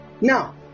Now